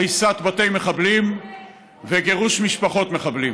הריסת בתי מחבלים וגירוש משפחות מחבלים.